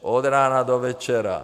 Od rána do večera.